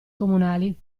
comunali